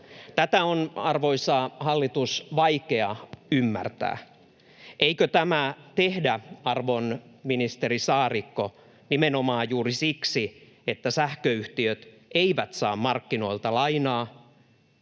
Tätä on, arvoisa hallitus, vaikea ymmärtää. Eikö tämä tehdä, arvon ministeri Saarikko, nimenomaan juuri siksi, että sähköyhtiöt eivät saa markkinoilta lainaa